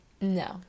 No